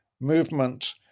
movement